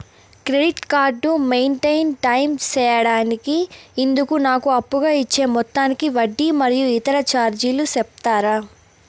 Credit card maintain time సేయడానికి ఇందుకు నాకు అప్పుగా ఇచ్చే మొత్తానికి వడ్డీ మరియు ఇతర చార్జీలు సెప్తారా?